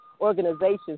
organizations